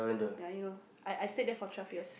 yeah you know I I stayed there for twelve years